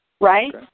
Right